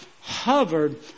hovered